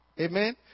Amen